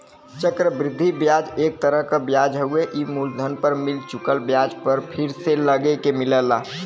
चक्र वृद्धि ब्याज एक तरह क ब्याज हउवे ई मूलधन पर मिल चुकल ब्याज पर फिर से लगके मिलेला